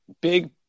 big